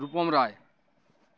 Rupam Roy